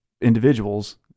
individuals